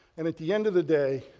and at the end of the day,